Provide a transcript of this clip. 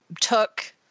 took